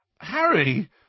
Harry